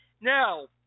Now